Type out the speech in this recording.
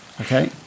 Okay